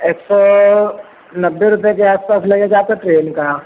एक सौ नब्बे रुपये के आस पास लगेगा आपका ट्रेन का